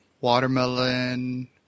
Watermelon